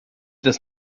das